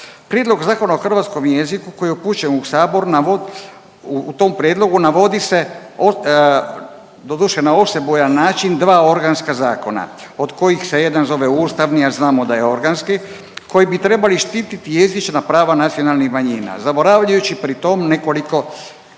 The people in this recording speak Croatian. Prijedlog Zakona o hrvatskom jeziku koji upućujem u Sabor, .../Govornik se ne razumije./... u tom prijedlogu navodi se, doduše na osebujan način, dva organska zakona, od kojih se jedan zove ustavni, a znamo da je organski, koji bi trebali štititi jezična prava nacionalnih manjina, zaboravljajući pritom nekoliko